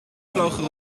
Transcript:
vlogen